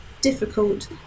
difficult